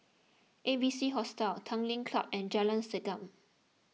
A B C Hostel Tanglin Club and Jalan Segam